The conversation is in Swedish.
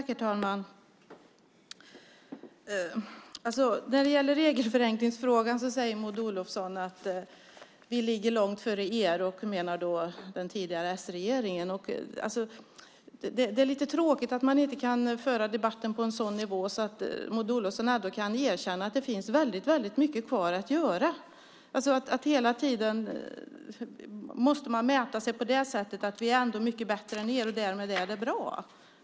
Herr talman! När det gäller regelförenklingsfrågan säger Maud Olofson: Vi ligger långt före er. Hon menar då den tidigare s-regeringen. Det är lite tråkigt att man inte kan föra debatten på en sådan nivå att Maud Olofsson ändå kan erkänna att det finns väldigt mycket kvar att göra. Hela tiden måste man mäta sig på det sättet att man säger att vi ändå är mycket bättre än ni, och därmed är det bra.